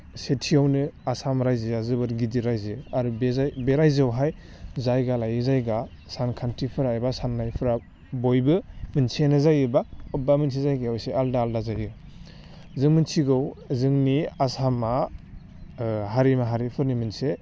सेथियावनो आसाम रायजोआ जोबोर गिदिर रायजो आरो बे जाय बे रायजोआवहाय जायगा लायै जायगा सानखान्थिफ्रा एबा साननायफ्रा बयबो मोनसेयानो जायो बा अबेबा मोनसे जायगायाव एसे आलदा आलदा जायो जों मोनथिगौ जोंनि आसामा हारि माहारिफोरनि मोनसे